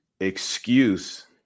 Excuse